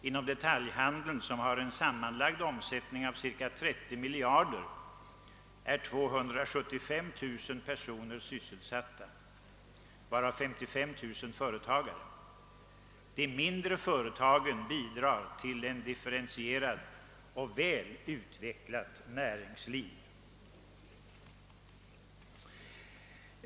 Inom =: detaljhandeln, som har en sammanlagd omsättning av cirka 30 miljarder kronor, är 275 000 personer sysselsatta varav 55 000 företagare. De mindre företagen bidrar till ett differentierat och väl utvecklat näringsliv.